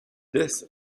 this